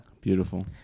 Beautiful